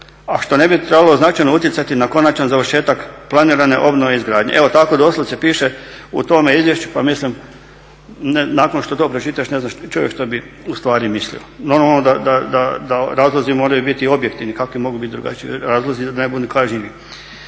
a što ne bi trebalo značajno utjecati na konačan završetak planirane obnove i izgradnje. Evo tako doslovce piše u tome izvješću pa mislim nakon što to pročitaš ne zna čovjek šta bi ustvari mislio. Normalno da razlozi moraju biti i objektivni, kakvi mogu biti drugačiji razlozi da ne budu kažnjivi.